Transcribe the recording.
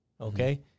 okay